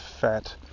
fat